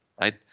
right